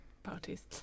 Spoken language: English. parties